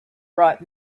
brought